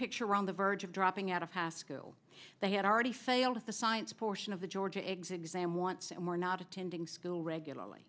picture on the verge of dropping out of haskell they had already failed at the science portion of the georgia exam once and were not attending school regularly